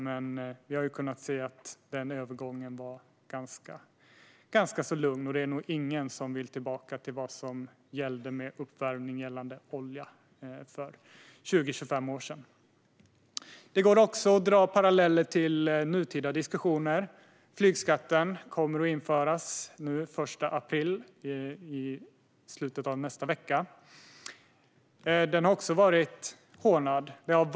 Men vi kan se att övergången var ganska lugn. Och det är nog ingen som vill tillbaka till det som gällde för uppvärmning med olja för 20-25 år sedan. Det går att dra paralleller också till nutida diskussioner. Flygskatten kommer att införas den 1 april, i slutet av nästa vecka. Den har också varit hånad.